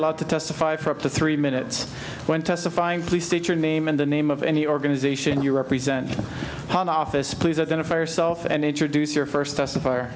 allowed to testify for up to three minutes when testifying please state your name and the name of any organization you represent home office please identify yourself and introduce your first testif